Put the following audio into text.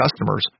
customers